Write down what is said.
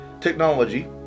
technology